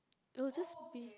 it will just be